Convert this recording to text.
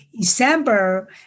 december